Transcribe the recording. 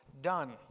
done